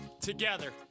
together